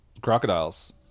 Crocodiles